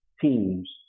teams